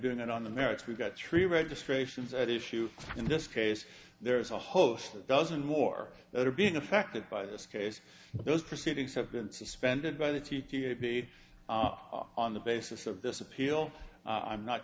doing it on the merits we've got three registrations at issue in this case there's a host of dozens more that are being affected by this case those proceedings have been suspended by the t t v on the basis of this appeal i'm not